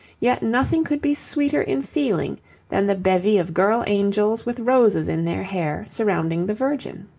yet nothing could be sweeter in feeling than the bevy of girl angels with roses in their hair surrounding the virgin.